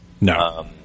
No